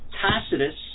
Tacitus